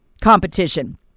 competition